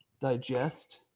digest